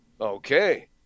Okay